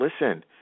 listen